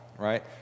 right